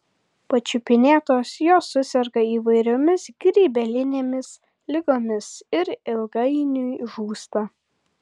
pačiupinėtos jos suserga įvairiomis grybelinėmis ligomis ir ilgainiui žūsta